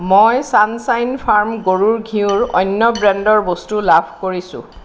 মই চান চাইন ফাৰ্ম গৰুৰ ঘিঁউৰ অন্য ব্ৰেণ্ডৰ বস্তু লাভ কৰিছোঁ